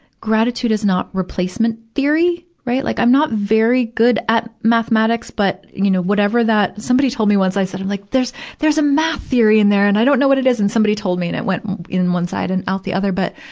gratitude is not replacement theory, right. like i'm not very good at mathematics, but, you know, whatever that somebody told me once, i said, i'm like, there's, there's a math theory in there, and i don't know what it is. and somebody told me and it went in one side and out the other. but,